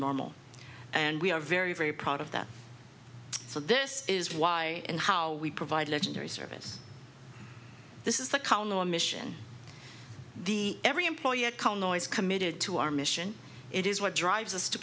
normal and we are very very proud of that so this is why and how we provide legendary service this is the counter mission the every employee at co noise committed to our mission it is what drives us to